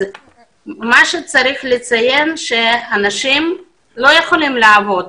צריך לציין שהאנשים לא יכולים לעבוד